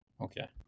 Okay